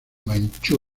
manchú